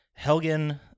Helgen